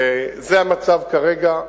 וזה המצב כרגע,